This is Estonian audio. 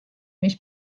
mis